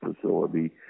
facility